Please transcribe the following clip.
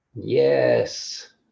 yes